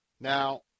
Now